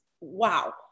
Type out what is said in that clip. wow